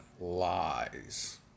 lies